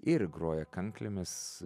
ir groja kanklėmis